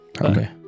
Okay